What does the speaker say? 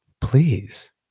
please